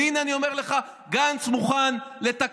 והינה, אני אומר לך, גנץ מוכן לתקצב.